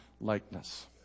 likeness